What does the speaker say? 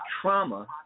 trauma